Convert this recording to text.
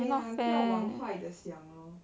eh ya 不要往坏的想 lor